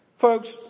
Folks